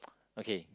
okay